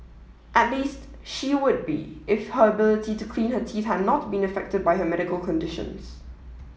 at least she would be if her ability to clean her teeth had not been affected by her medical conditions